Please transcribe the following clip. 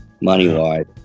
money-wise